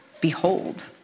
behold